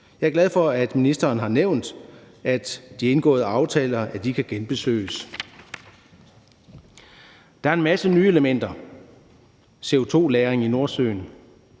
Jeg er glad for, at ministeren har nævnt, at de indgåede aftaler kan genbesøges. Der er en masse nye elementer: CO2-lagring i Nordsøen